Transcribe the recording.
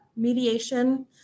mediation